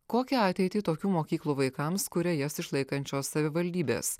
kokią ateitį tokių mokyklų vaikams kuria jas išlaikančios savivaldybės